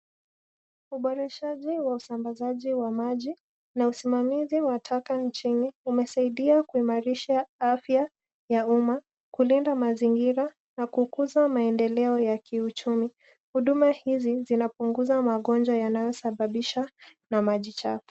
Uboreshaji wa usambazaji wa maji na usimamizi wa taka nchini umesaidia kuhimarisha afya ya umma, kulinda mazingira na kukuza maendeleo ya kiuchumi. Huduma hizi zinapunguza magonjwa yanayosababisha na maji chafu.